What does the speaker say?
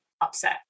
upset